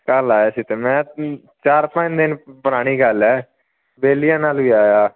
ਕੱਲ੍ਹ ਆਇਆ ਸੀ ਅਤੇ ਮੈਂ ਚਾਰ ਪੰਜ ਦਿਨ ਪੁਰਾਣੀ ਗੱਲ ਹੈ ਬੇਲੀਆਂ ਨਾਲ ਹੀ ਆਇਆ